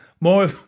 more